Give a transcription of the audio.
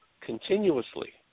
continuously